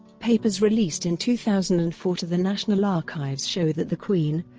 papers released in two thousand and four to the national archives show that the queen